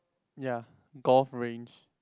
ya golf range